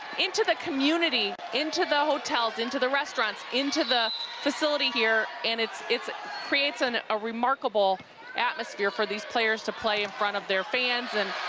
into the hotels, into the hotels, into the restaurants, into the facility here and it's it's creates and a remarkable atmosphere for these players to play in front of their fans and